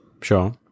sure